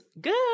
good